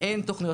אין תוכניות.